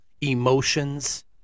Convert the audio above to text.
emotions